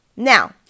Now